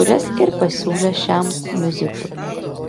kurias ir pasiūlė šiam miuziklui